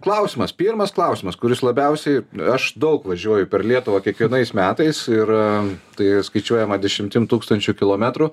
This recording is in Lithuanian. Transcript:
klausimas pirmas klausimas kuris labiausiai aš daug važiuoju per lietuvą kiekvienais metais ir tai skaičiuojama dešimtim tūkstančių kilometrų